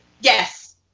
Yes